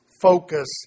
focus